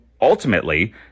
ultimately